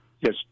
Yes